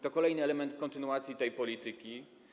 To kolejny element kontynuacji tej polityki.